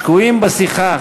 שקועים בשיחה.